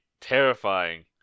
terrifying